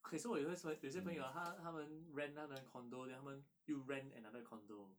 okay so 我有些说有些朋友他他们 rent 他的 condo then 他们又 rent another condo